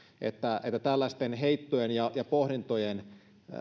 että tällaisten heittojen ja ja pohdintojen